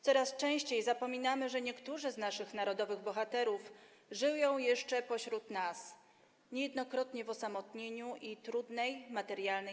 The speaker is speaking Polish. Coraz częściej zapominamy, że niektórzy z naszych narodowych bohaterów żyją jeszcze pośród nas, niejednokrotnie w osamotnieniu i trudnej sytuacji materialnej.